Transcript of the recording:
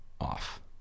off